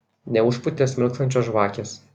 neužpūtė smilkstančios žvakės